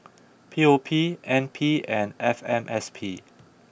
P O P N P and F M S P